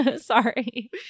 Sorry